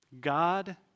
God